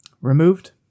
removed